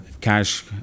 Cash